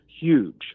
huge